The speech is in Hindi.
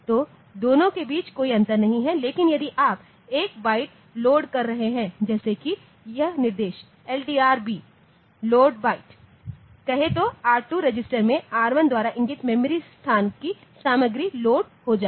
तो दोनों के बीच कोई अंतर नहीं है लेकिन यदि आप एक बाइट लोड कर रहे हैं जैसे कि यह निर्देश LDRB लोड बाइट कहें तो R2 रजिस्टरमें R1 द्वारा इंगित मेमोरी स्थान की सामग्री लोड हो जाएगा